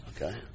okay